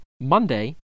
Monday